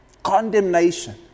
condemnation